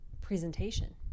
presentation